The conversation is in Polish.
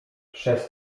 przez